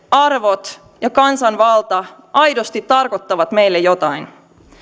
arvot ja kansanvalta aidosti tarkoittavat meille jotain